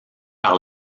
par